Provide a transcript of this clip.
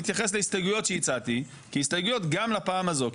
תתייחס להסתייגויות שהצעתי כהסתייגויות גם לפעם הזו,